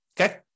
okay